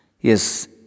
Yes